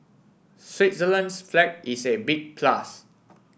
Switzerland's flag is a big plus